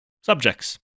subjects